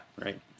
Right